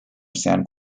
sand